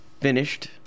finished